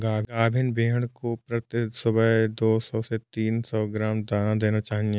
गाभिन भेड़ को प्रति सुबह दो सौ से तीन सौ ग्राम दाना देना चाहिए